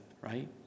right